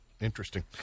Interesting